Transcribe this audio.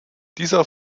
dieser